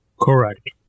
Correct